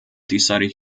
decided